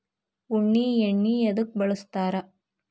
ಉಣ್ಣಿ ಎಣ್ಣಿ ಎದ್ಕ ಬಳಸ್ತಾರ್?